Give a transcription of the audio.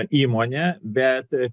įmonę bet